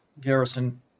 Garrison